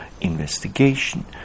investigation